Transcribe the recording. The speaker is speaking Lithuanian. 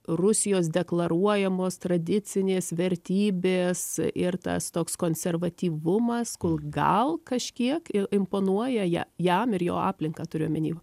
rusijos deklaruojamos tradicinės vertybės ir tas toks konservatyvumas kul gal kažkiek imponuoja ją jam ir jo aplinką turiu omeny